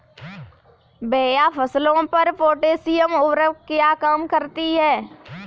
भैया फसलों पर पोटैशियम उर्वरक क्या काम करती है?